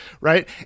right